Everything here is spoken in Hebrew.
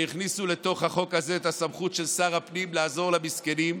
שהכניסו לתוך החוק הזה את הסמכות של שר הפנים לעזור למסכנים,